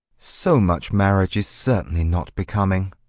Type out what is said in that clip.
so much marriage is certainly not becoming.